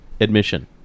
admission